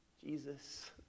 Jesus